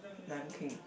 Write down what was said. Lion-King